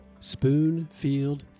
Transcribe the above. Spoonfield